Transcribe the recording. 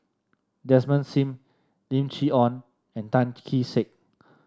Desmond Sim Lim Chee Onn and Tan Kee Sek